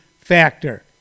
factor